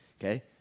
okay